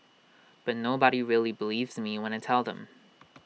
but nobody really believes me when I tell them